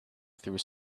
through